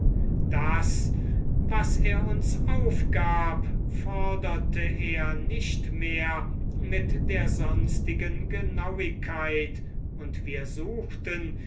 das was er uns aufgab forderte er nicht mehr mit der sonstigen genauigkeit und wir suchten